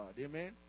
amen